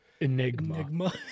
Enigma